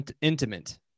intimate